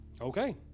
Okay